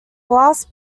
glass